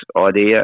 idea